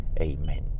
Amen